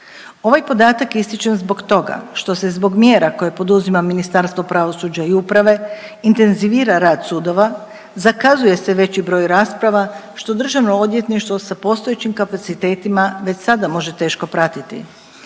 Ovaj podatak ističem zbog toga što se zbog mjera koje poduzima Ministarstvo pravosuđa i uprave intenzivira rad sudova, zakazuje se veći broj rasprava, što državno odvjetništvo sa postojećim kapacitetima već sada može teško pratiti.